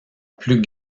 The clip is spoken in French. plus